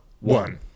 one